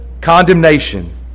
condemnation